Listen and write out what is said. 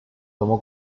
tomó